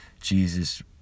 Jesus